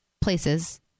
places